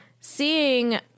seeing